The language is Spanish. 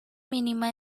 mínima